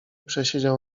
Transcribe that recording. przesiedział